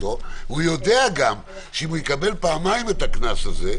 והוא גם יודע שאם הוא יקבל פעמיים את הקנס הזה,